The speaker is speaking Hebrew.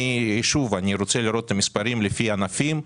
אני רוצה לראות את המספרים לפי ענפים.